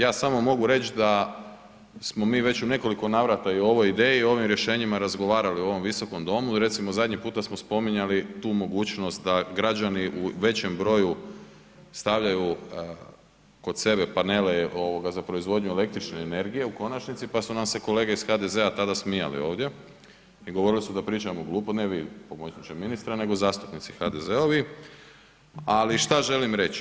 Ja samo mogu reć da smo mi već u nekoliko navrata i o ovoj ideji i o ovim rješenjima razgovarali u ovom Visokom domu, recimo zadnji puta smo spominjali tu mogućnost da građani u većem broju stavljaju kod sebe panele za proizvodnju električne energije u konačnici, pa su nam se kolege iz HDZ-a tada smijali ovdje i govorili su da pričamo glupo, ne vi pomoćniče ministra, nego zastupnici HDZ-ovi, ali šta želim reći?